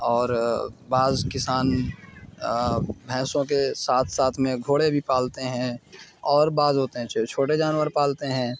اور بعض کسان بھینسوں کے ساتھ ساتھ میں گھوڑے بھی پالتے ہیں اور بعض ہوتے ہیں جو چھوٹے جانور پالتے ہیں